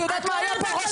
את היודעת מה היה פה?